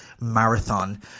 marathon